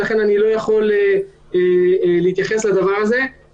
ולכן אני לא יכול להתייחס לדבר הזה.